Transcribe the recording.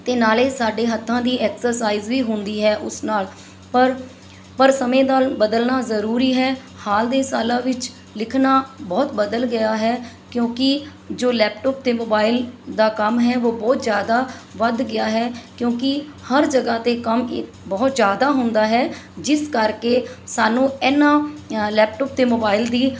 ਅਤੇ ਨਾਲੇ ਸਾਡੇ ਹੱਥਾਂ ਦੀ ਐਕਸਰਸਾਈਜ਼ ਵੀ ਹੁੰਦੀ ਹੈ ਉਸ ਨਾਲ ਪਰ ਪਰ ਸਮੇਂ ਦਾ ਬਦਲਣਾ ਜ਼ਰੂਰੀ ਹੈ ਹਾਲ ਦੇ ਸਾਲਾਂ ਵਿੱਚ ਲਿਖਣਾ ਬਹੁਤ ਬਦਲ ਗਿਆ ਹੈ ਕਿਉਂਕਿ ਜੋ ਲੈਪਟੋਪ ਅਤੇ ਮੋਬਾਈਲ ਦਾ ਕੰਮ ਹੈ ਉਹ ਬਹੁਤ ਜ਼ਿਆਦਾ ਵੱਧ ਗਿਆ ਹੈ ਕਿਉਂਕਿ ਹਰ ਜਗਾਂ 'ਤੇ ਕੰਮ ਇਹ ਬਹੁਤ ਜ਼ਿਆਦਾ ਹੁੰਦਾ ਹੈ ਜਿਸ ਕਰਕੇ ਸਾਨੂੰ ਇਹਨਾਂ ਲੈਪਟਾਪ ਅਤੇ ਮੋਬਾਈਲ ਦੀ